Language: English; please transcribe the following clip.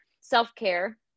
self-care